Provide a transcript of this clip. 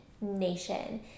nation